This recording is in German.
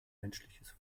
menschliches